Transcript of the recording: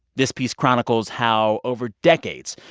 this piece chronicles how, over decades,